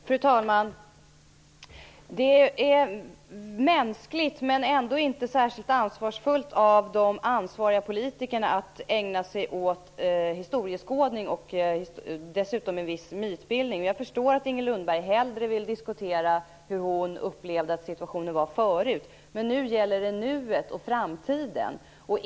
Fru talman! Det är mänskligt men ändå inte särskilt ansvarsfullt av de ansvariga politikerna att ägna sig åt historieskådning och dessutom en viss mytbildning. Jag förstår att Inger Lundberg hellre vill diskutera hur hon upplevde situationen förut. Men nu gäller det nuet och framtiden.